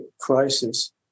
crisis